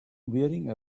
wearing